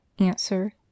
Answer